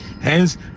Hence